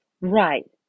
Right